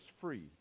free